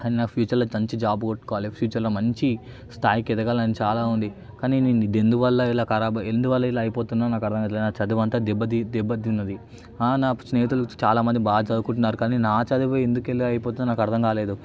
కానీ నాకు ఫ్యూచర్లో మంచి జాబ్ కొట్టుకోవాలి ఫ్యూచర్లో మంచి స్థాయికి ఎదగాలని చాలా ఉంది కానీ ఇదెందువల్ల ఇలా కరాబ్ నేను ఎందువల్ల ఇలా అయిపోతున్నానో నాకర్థం కాలేదు నా చదువంతా దెబ్బతి దెబ్బతిన్నది నా స్నేహితులు చాలా మంది బాగా చదువుకుంటున్నారు కానీ నా చదువే ఎందుకిలా అయిపోతుందో నాకు అర్థం కాలేదు